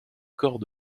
corps